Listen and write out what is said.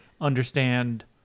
understand